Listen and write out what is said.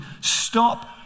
stop